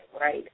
right